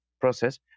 process